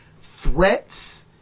Threats